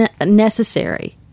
necessary